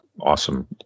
awesome